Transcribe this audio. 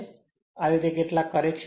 આ રીતે કેટલાક કરેક્શન છે